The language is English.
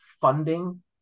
funding